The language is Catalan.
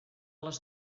les